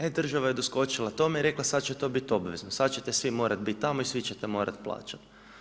E, država je doskočila tome i rekla sad će to biti obvezno, sad ćete svi morati biti tamo i svi ćete morati plaćati.